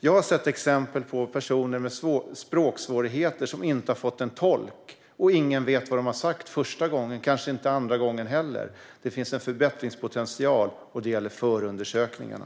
Jag har sett exempel på personer med språksvårigheter som inte har fått en tolk, och ingen vet vad de har sagt första gången, kanske inte andra gången heller. Det finns en förbättringspotential, och det gäller förundersökningarna.